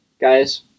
Guys